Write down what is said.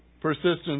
persistence